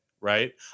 right